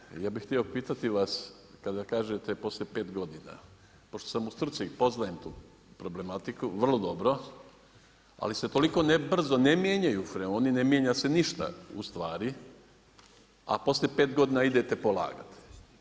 Poštovani, ja bi htio pitati vas kada kažete poslije 5 godina, pošto sam u struci i poznajem tu problematiku, vrlo dobro, ali se toliko brzo ne mijenjaju freoni, ne mijenja se ništa ustvari, a poslije 5 godina idete polagati.